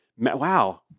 Wow